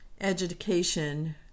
education